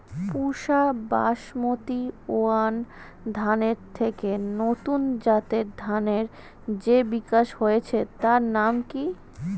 পুসা basmati one ধানের থেকে নতুন জাতের ধানের যে বিকাশ হয়েছে তার নাম কি?